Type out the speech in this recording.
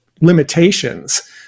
limitations